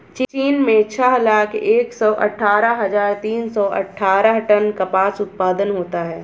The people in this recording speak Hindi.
चीन में छह लाख एक सौ अठत्तर हजार तीन सौ अट्ठारह टन कपास उत्पादन होता है